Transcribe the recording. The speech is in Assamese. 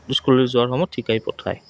স্কুললৈ যোৱাৰ সময়ত শিকাই পঠায়